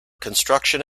construction